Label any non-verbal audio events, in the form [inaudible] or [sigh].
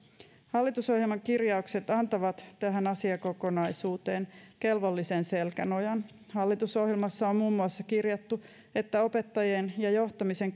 hallitusohjelman kirjaukset antavat tähän asiakokonaisuuteen kelvollisen selkänojan hallitusohjelmassa on muun muassa kirjattu että opettajien ja johtamisen [unintelligible]